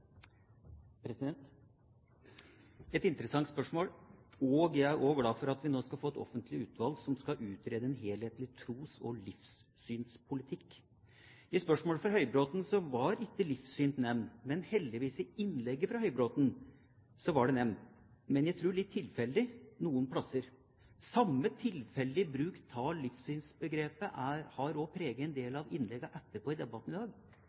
et interessant spørsmål. Jeg er også glad for at vi nå skal få et offentlig utvalg som skal utrede en helhetlig tros- og livssynspolitikk. I spørsmålet fra Høybråten var ikke livssyn nevnt. Heldigvis ble det nevnt i innlegget fra Høybråten, men jeg tror litt tilfeldig noen steder. Samme tilfeldige bruk av livssynsbegrepet har også preget en del av innleggene etterpå i debatten i dag.